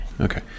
Okay